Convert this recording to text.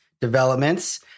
developments